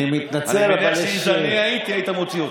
אם זה הייתי אני, היית מוציא אותי.